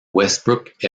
westbrook